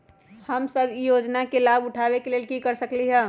हम सब ई योजना के लाभ उठावे के लेल की कर सकलि ह?